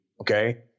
Okay